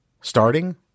starting